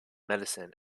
medicine